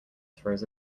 throws